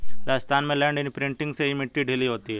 राजस्थान में land imprinter से ही मिट्टी ढीली होती है